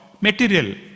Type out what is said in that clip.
material